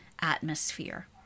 atmosphere